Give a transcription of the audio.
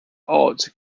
odd